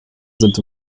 sind